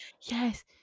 Yes